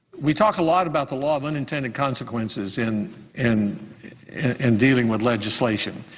we talk a lot about the law of unintended consequences in in in dealing with legislation.